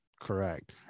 Correct